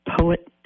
poet